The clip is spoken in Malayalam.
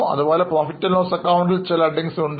അത് പോലെ PL ac ലും ചില തലക്കെട്ടുകൾ ഉണ്ട്